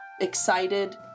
excited